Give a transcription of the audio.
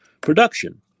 production